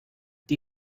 die